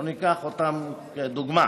בואו ניקח אותם כדוגמה,